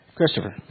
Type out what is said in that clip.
Christopher